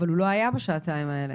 אבל הוא לא היה בשעתיים האלה.